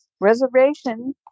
reservation